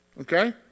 Okay